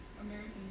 American